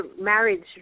marriage